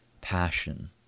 passion